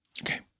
Okay